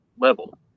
level